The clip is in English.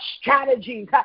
strategies